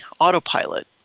autopilot